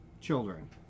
children